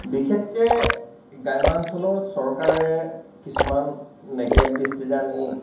বিশেষকৈ গ্ৰাম্যাঞ্চলৰ চৰকাৰে কিছুমান নেগলেক্ট দৃষ্টিৰে আমি